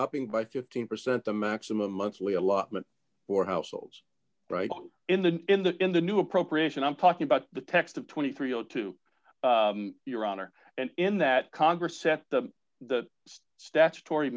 upping by fifteen percent the maximum monthly allotment for households in the in the in the new appropriation i'm talking about the text of twenty three o two your honor and in that congress after the statutory